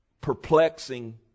perplexing